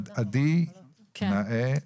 עדי נאה.